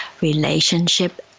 relationship